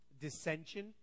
Dissension